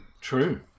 True